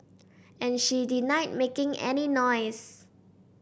and she denied making any noise